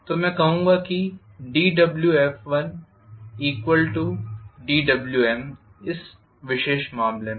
तो मैं कहूँगा dWfdWm इस विशेष मामले में